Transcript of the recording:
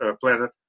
planet